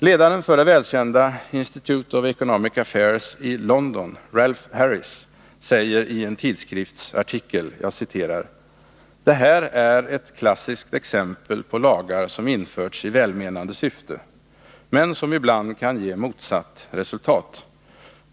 Ledaren för det välkända Institute of Economic Affairs i London, Ralph Harris, säger i en tidskriftsartikel: ”Det här är ett klassiskt exempel på lagar som införts i välmenande syfte men som ibland kan ge motsatt resultat.